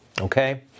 Okay